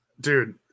Dude